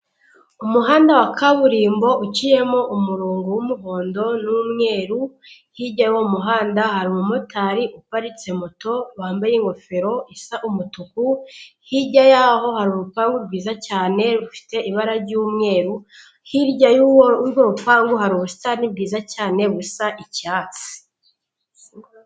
Umuhanda wa kaburimbo uciyemo umurongo w'umuhondo n'umweru, hirya y'uwo muhanda hari umumotari uparitse moto wambaye ingofero isa umutuku, hirya yaho hari urupanpu rwiza cyane rufite ibara ry'umweru, hirya y'urwo rupangu hari ubusitani bwiza cyane busa icyatsi.